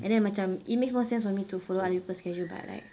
and then macam it makes more sense for me to follow other people's schedule but like